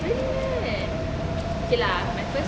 really meh okay lah my first